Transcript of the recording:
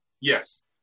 Yes